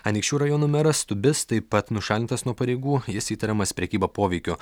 anykščių rajono meras tubis taip pat nušalintas nuo pareigų jis įtariamas prekyba poveikiu